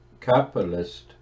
capitalist